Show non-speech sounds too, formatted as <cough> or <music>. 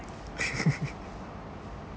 <laughs>